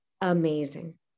amazing